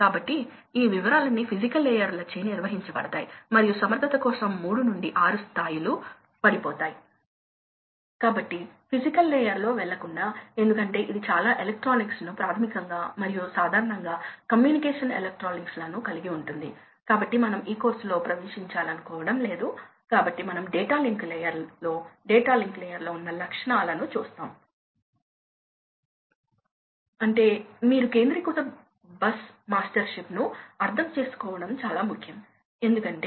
కాబట్టి ఇది అవసరమైన ఏరియా ఇది ఎనర్జీ మరియు అదేవిధంగా ఈ సందర్భంలో రెండవ ఆపరేటింగ్ పాయింట్ ఇది ఎనర్జీ మరియు మూడవ ఆపరేటింగ్ పాయింట్ కోసం ఇది ఎనర్జీ కాబట్టి ఎనర్జీ చాలా తీవ్రంగా పడిపోతుందని మీరు బాగా అర్థం చేసుకోవచ్చు అందుకే